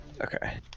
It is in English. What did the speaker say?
Okay